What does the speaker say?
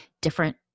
different